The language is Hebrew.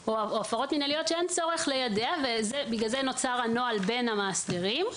או הפרות מינהליות שאין צורך ליידע ובגלל זה נוצר הנוהל בין המאסדרים.